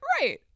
Right